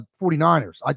49ers